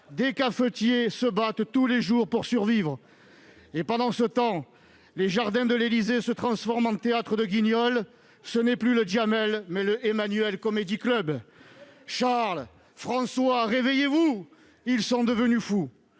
des cafetiers se battent tous les jours pour survivre. Pendant ce temps, les jardins de l'Élysée se transforment en théâtre de Guignol ; c'est non plus le, mais le ... Charles, François, réveillez-vous : ils sont devenus fous